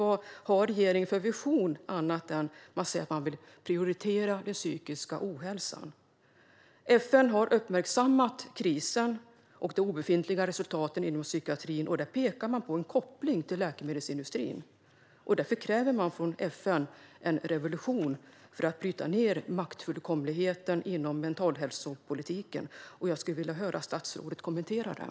Vad har regeringen för vision, annat än att man säger sig vilja prioritera den psykiska ohälsan? FN har uppmärksammat krisen och de obefintliga resultaten inom psykiatrin. Man pekar på en koppling till läkemedelsindustrin. Därför kräver man från FN en revolution för att bryta ned maktfullkomligheten inom mentalhälsopolitiken. Jag skulle vilja höra statsrådet kommentera det.